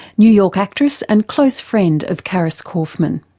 new york actress and close friend of caris corfman.